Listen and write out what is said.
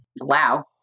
wow